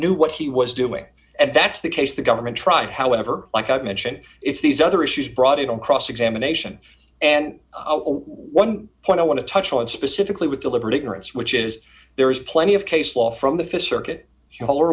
knew what he was doing and that's the case the government tried however like i mentioned it's these other issues brought in on cross examination and one point i want to touch on specifically with deliberate ignorance which is there is plenty of case law from the fish circuit